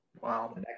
Wow